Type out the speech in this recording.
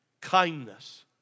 kindness